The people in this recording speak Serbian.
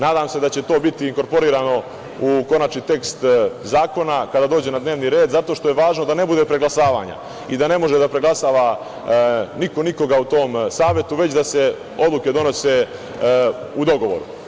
Nadam se da će to biti inkorporirano u konačni tekst zakona kada dođe na dnevni red zato što je važno da ne bude preglasavanja i da ne može da preglasava niko nikoga u tom savetu, već da se odluke donose u dogovoru.